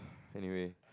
anyway